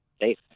safe